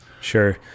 Sure